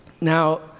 now